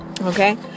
Okay